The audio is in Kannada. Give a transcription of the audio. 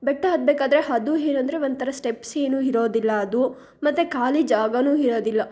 ಬೆಟ್ಟ ಹತ್ತಬೇಕಾದ್ರೆ ಅದು ಏನಂದರೆ ಒಂಥರ ಸ್ಟೆಪ್ಸ್ ಏನೂ ಇರೋದಿಲ್ಲ ಅದು ಮತ್ತು ಖಾಲಿ ಜಾಗವೂ ಇರೋದಿಲ್ಲ